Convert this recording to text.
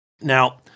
Now